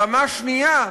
ברמה שנייה,